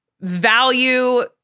value